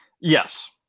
Yes